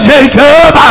Jacob